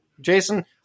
Jason